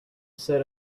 set